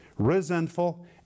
resentful